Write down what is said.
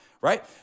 right